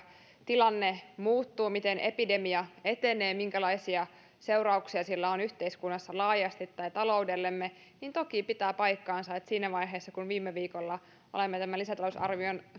tilanne muuttuu miten epidemia etenee minkälaisia seurauksia sillä on yhteiskunnassa laajasti tai taloudellemme niin toki pitää paikkansa että kun viime viikolla olemme tämän lisätalousarvion